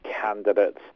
candidates